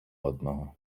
одного